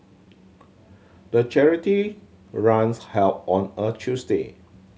the charity runs held on a Tuesday